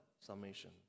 summation